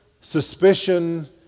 suspicion